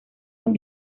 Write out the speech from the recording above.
con